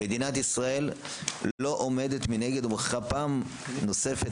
מדינת ישראל לא עומדת מנגד ומוכיחה פעם נוספת